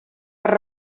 per